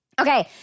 Okay